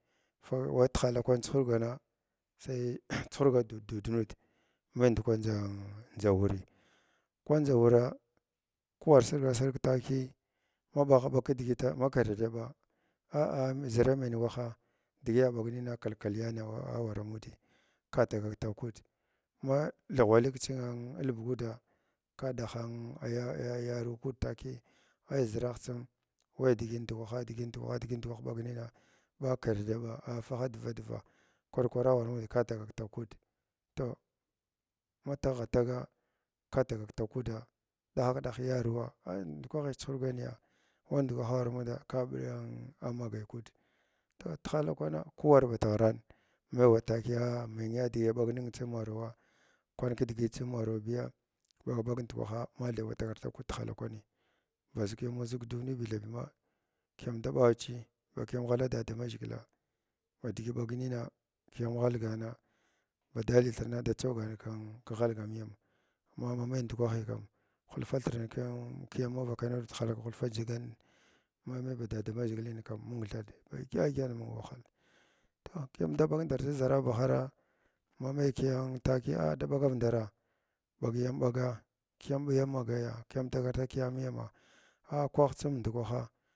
Watahala kwan chu hurgana sai uhm chuhurga duud nud mai ndukwandʒa wurii kwandʒa wuras ko an asirga sirga təkiiy ma ɓagha ɓag kidigita ma karathyəmɓa a a zra menyə wnhag digiyi aɓag ning kal kayana awarna amudi ka tagak tag nud ma lughwa luug ki chingalbugudaa ka ɗaha na yaruw nund takiya ai zragh tsim whi digit ndukwaha digit ndakwaha digit ndakwah ɓag ning ɓa karahyəɓa a fagha dva dvag kwar kwara amudi kal tagak tag nud toh, ma tagha taga ka fugak tag nuda ɗahak ɗahag yaruwa a ndukwahi chuhurganiya ma ndukwaha awwa muda ka ɓa a a magay kuud to tihala kwana ku war bad ghiran maiwa takiya menya digi aɓag ningi tsim marawa kwan ki digit tsim marambiya ɓaga bag ndakwaha ma thai wa tagar tag knud tihala kwzno ba ʒakiyamu zig duniya bi thabi ma kiyam dabara chiyi mba, kiyam ghala dada maʒhgila badig, ɓagnina kiyam ghalgana ma ɗahthirna da chaugan kin kighalgnmiyam ma mamai ndukwahi kam unlfu thirin kin kam kiyam mavakai tihala hulfu ndʒigan ma mai badada maʒhgilin kan mun thaɗ ba dyədyən mung wahal toh kiyam da ɓaga ndandar chi zaraba hara ma nai kiga takiya da ɓagav ndara ɓagiyam ɓaga miyama akwah tsim nukwaha.